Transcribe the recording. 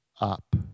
up